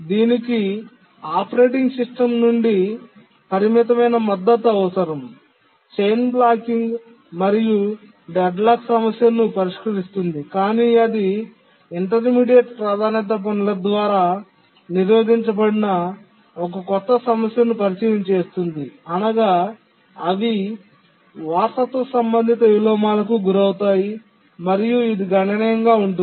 దీనికి operating system నుండి పరిమితమైన మద్దతు అవసరం చైన్ బ్లాకింగ్ మరియు డెడ్లాక్ సమస్యను పరిష్కరిస్తుంది కాని అది ఇంటర్మీడియట్ ప్రాధాన్యత పనుల ద్వారా నిరోధించబడిన ఒక కొత్త సమస్యను పరిచయం చేస్తుంది అనగా అవి వారసత్వ సంబంధిత విలోమాలకు గురవుతారు మరియు ఇది గణనీయంగా ఉంటుంది